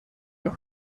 your